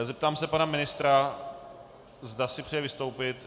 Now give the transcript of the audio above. Zeptám se pana ministra, zda si přeje vystoupit.